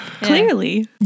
clearly